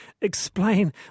Explain